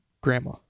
Grandma